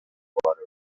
water